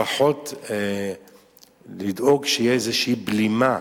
לפחות לדאוג שתהיה איזושהי בלימה.